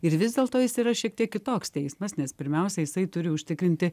ir vis dėlto jis yra šiek tiek kitoks teismas nes pirmiausia jisai turi užtikrinti